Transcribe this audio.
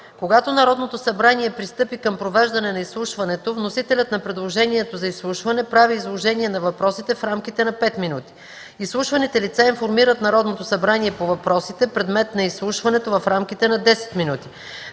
Когато Народното събрание пристъпи към провеждане на изслушването, вносителят на предложението за изслушване прави изложение на въпросите в рамките на 5 минути. Изслушваните лица информират Народното събрание по въпросите, предмет на изслушването, в рамките на 10 минути.